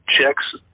checks